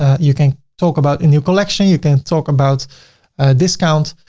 you can talk about a new collection. you can talk about a discount.